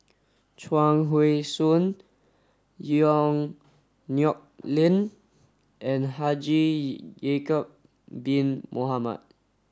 Chuang Hui Tsuan Yong Nyuk Lin and Haji Ya'acob bin Mohamed